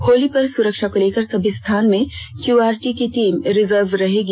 होली पर सुरक्षा को लेकर सभी थाना में क्यूआरटी की टीम रिजर्व रहेगी